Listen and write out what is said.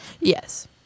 yes